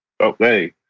Okay